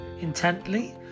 intently